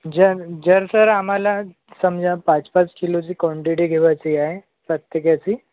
जर जर सर आम्हाला समजा पाच पाच किलोची काँटिटी घेवायची आहे प्रत्येक याची